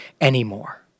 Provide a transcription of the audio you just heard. anymore